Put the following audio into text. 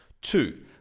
Two